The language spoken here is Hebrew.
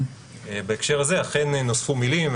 בהקשר הזה אכן נוספו מילים.